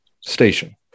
station